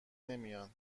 نمیان